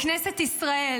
בכנסת ישראל.